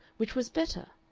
which was better,